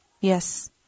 Yes